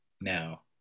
now